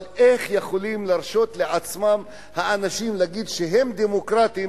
אבל איך יכולים להרשות לעצמם האנשים להגיד שהם דמוקרטים